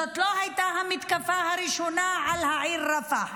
זאת לא הייתה המתקפה הראשונה על העיר רפיח